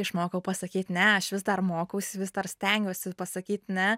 išmokau pasakyt ne aš vis dar mokausi vis dar stengiuosi pasakyt ne